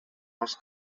les